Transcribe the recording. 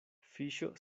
fiŝo